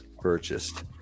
purchased